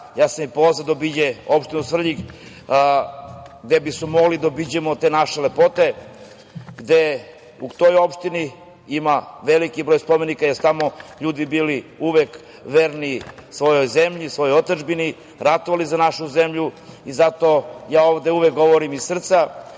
ja sam je pozvao da obiđe opštinu Svrljig, gde bismo mogli da obiđemo te naše lepote, gde u toj opštini ima veliki broj spomenika, jer su tamo ljudi bili uvek verni svojoj zemlji, svojoj otadžbini, ratovali za našu zemlju i zato ja ovde uvek govorim iz srca,